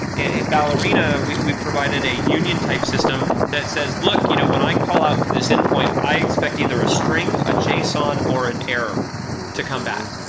in ballerina, we we provided a union type system that says, look, you know when i call out to this endpoint, i expect either a string, a json, or an error to come back.